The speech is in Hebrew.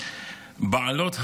"בעלות הברית"